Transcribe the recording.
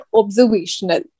observational